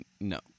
No